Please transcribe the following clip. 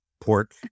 port